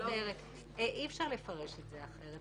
אי אפשר לפרש את זה אחרת.